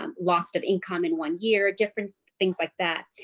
um lost of income in one year, different things like that.